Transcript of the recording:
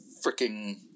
freaking